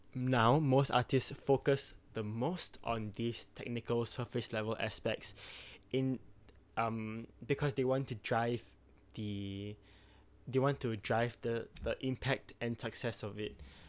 now most artists focus the most on these technical surface level aspects in um because they want to drive the they want to drive the the impact and success of it